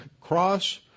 cross